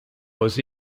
was